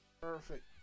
Perfect